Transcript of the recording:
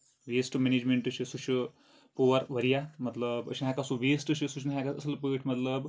waste management چھُ سُہ چھُ پُور واریاہ مطلب اسۍ چھِ نہٕ ہٮ۪کان سُہ ویسٹ چھ سُہ چھِ نہٕ ہٮ۪کان اَصٕل پٲٹھۍ مطلب